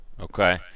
Okay